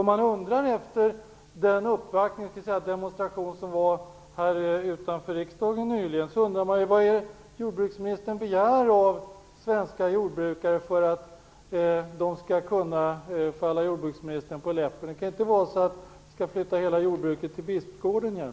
Man undrar efter den uppvaktning eller demonstration som ägde rum utanför riksdagen nyligen vad det är jordbruksministern begär av svenska jorbrukare för att de skall falla henne på läppen. Vi skall väl inte flytta hela jordbruket till Bispgården igen?